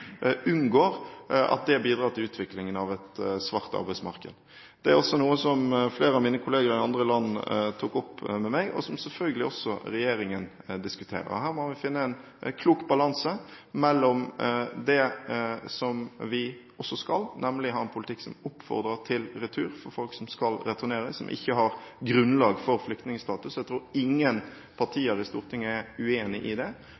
unngår at det bidrar til utviklingen av et svart arbeidsmarked. Det er også noe som flere av mine kolleger i andre land tok opp med meg, og som selvfølgelig også regjeringen diskuterer. Her må vi finne en klok balanse mellom det som vi også skal, nemlig å ha en politikk som oppfordrer til retur av folk som skal returneres, som ikke har grunnlag for flyktningstatus. Jeg tror ingen partier på Stortinget er uenig i det.